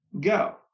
go